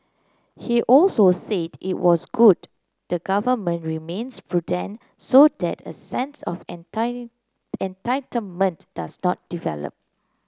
he also said it was good the Government remains prudent so that a sense of entitlement does not develop